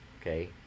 okay